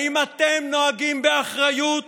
האם אתם נוהגים באחריות